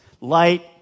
light